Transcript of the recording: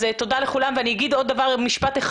אני אומר עוד משפט אחד.